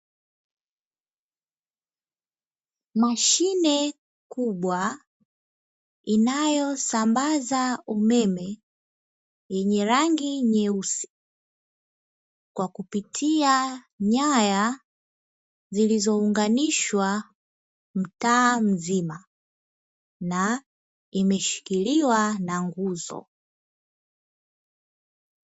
Mashine kubwa inayosambaza umeme yenye rangi nyeusi, kwa kupitia nyaya zilizounganishwa mtaa mzima na imeshikiliwa na nguzo.